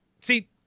See